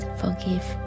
forgive